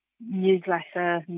newsletter